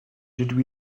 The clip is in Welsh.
dydw